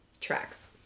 Tracks